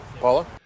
Paula